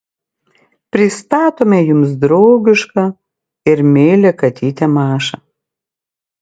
pristatome jums draugišką ir meilią katytę mašą